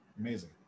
Amazing